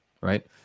Right